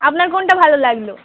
আপনার কোনটা ভালো লাগলো